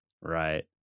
Right